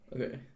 Okay